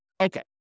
Okay